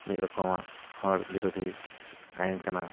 ᱢᱤᱫ ᱨᱚᱠᱚᱢᱟᱜ ᱦᱚᱲ ᱵᱤᱨᱳᱫᱷᱤ ᱟᱭᱤᱱ ᱠᱟᱱᱟ